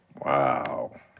Wow